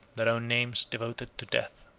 their own names devoted to death.